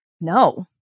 No